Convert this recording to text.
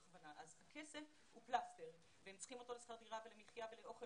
הכסף הוא פלסטר והם צריכים אותו לשכר דירה ולמחיה ולאוכל